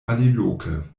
aliloke